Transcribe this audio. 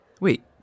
Wait